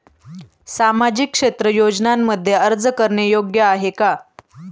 सामाजिक क्षेत्र योजनांमध्ये अर्ज करणे योग्य आहे का?